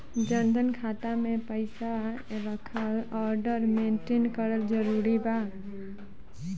जनधन खाता मे पईसा रखल आउर मेंटेन करल जरूरी बा?